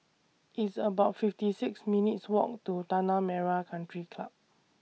It's about fifty six minutes' Walk to Tanah Merah Country Club